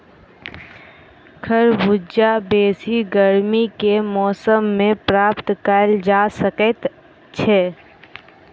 खरबूजा बेसी गर्मी के मौसम मे प्राप्त कयल जा सकैत छै